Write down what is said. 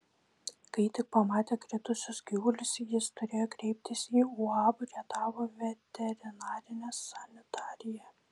kai tik pamatė kritusius gyvulius jis turėjo kreiptis į uab rietavo veterinarinę sanitariją